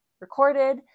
recorded